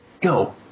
Go